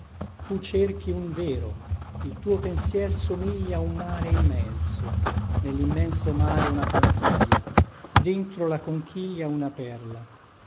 tu cerchi un vero il tuo pensier somiglia un mare immenso nellimmenso mare una conchiglia dentro la conchiglia una perla